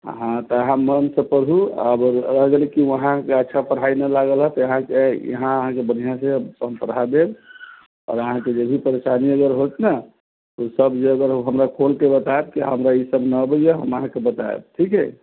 हँ तऽ अहाँ मोन सँ पढ़ु और देखियौ अहाँके अच्छा पढ़ाइ न लागल तऽ अहाँके यहाँ अहाँके बढ़िऑं से हम पढ़ाए देब और अहाँके जेभी परेशानी अगर होत न ओ सब जे अगर हमरा खोल के बताएब की हमरा ईसब न अबैया हम अहाँके बताएब ठीक यए